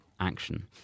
Action